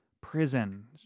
prison